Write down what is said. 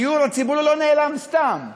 הדיור הציבורי לא נעלם סתם.